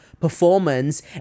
performance